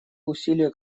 усилия